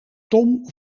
tom